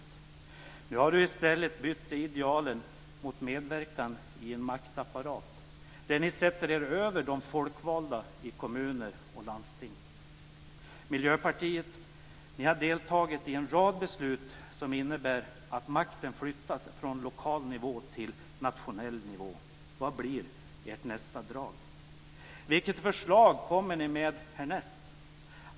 Nu har Lotta Nilsson-Hedström i stället bytt de idealen mot medverkan i en maktapparat där ni sätter er över de folkvalda i kommuner och landsting. Ni i Miljöpartiet har deltagit i en rad beslut som innebär att makten flyttas från lokal till nationell nivå. Vad blir ert nästa drag? Vilket förslag kommer ni med härnäst?